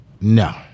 No